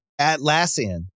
Atlassian